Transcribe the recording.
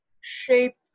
shape